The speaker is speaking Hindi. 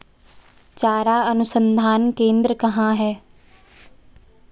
चारा अनुसंधान केंद्र कहाँ है?